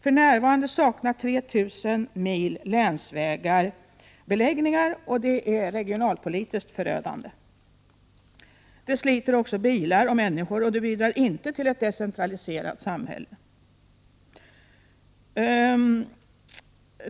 För närvarande saknas det beläggningar på 3 000 mil länsvägar, och det är regionalpolitiskt förödande. Även bilar och människor slits, och det bidrar inte till ett decentraliserat samhälle.